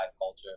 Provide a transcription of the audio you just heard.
culture